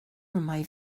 mai